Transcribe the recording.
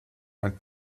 man